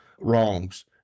wrongs